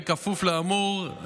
בכפוף לאמור,